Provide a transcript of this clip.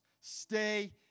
stay